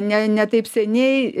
ne ne taip seniai